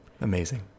Amazing